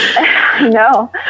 No